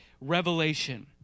Revelation